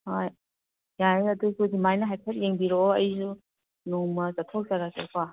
ꯍꯣꯏ ꯌꯥꯔꯦ ꯑꯗꯨꯁꯨ ꯑꯗꯨꯃꯥꯏꯅ ꯍꯥꯏꯐꯦꯠ ꯌꯦꯡꯕꯤꯔꯛꯑꯣ ꯑꯩꯁꯨ ꯅꯣꯡꯃ ꯆꯠꯊꯣꯛꯆꯔꯛꯀꯦꯀꯣ